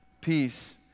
Peace